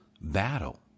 battle